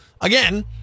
Again